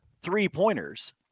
three-pointers